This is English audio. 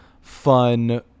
fun